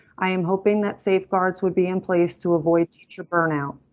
i am hoping that safeguards would be in place to avoid teacher. burnout.